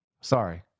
Sorry